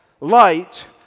Light